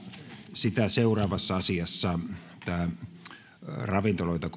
sitä seuraavassa asiassa ravintoloita